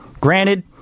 Granted